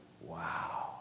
Wow